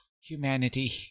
humanity